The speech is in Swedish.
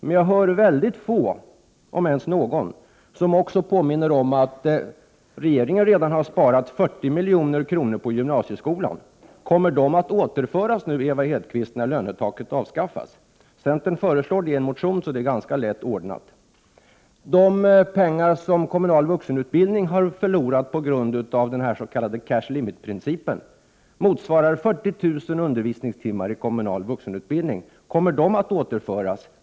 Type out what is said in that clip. Men jag hör få, om ens några, som också påminner om att regeringen redan har sparat 40 milj.kr. på gymnasieskolan. Ewa Hedkvist Petersen, kommer de pengarna att återföras när lönetaket avskaffas? Centern föreslår detta i en motion, så det är ganska lätt att ordna. De pengar som kommmunal vuxenutbildning har förlorat på grund av den s.k. cash limit-principen motsvarar 40 000 undervisningstimmar i kommunal vuxenutbildning. Kommer de timmarna att återföras?